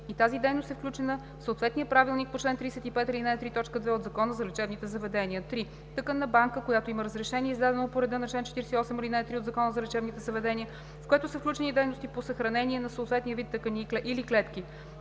и тази дейност е включена в съответния правилник по чл. 35, ал. 3, т. 2 от Закона за лечебните заведения; 3. тъканна банка, която има разрешение, издадено по реда на чл. 48, ал. 3 от Закона за лечебните заведения, в което са включени дейности по съхранение на съответния вид тъкани или клетки.